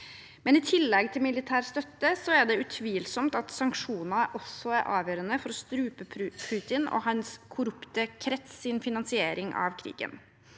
I tillegg til militær støtte er det utvilsomt at sanksjoner også er avgjørende for å strupe Putin og hans korrupte krets’ finansiering av krigen.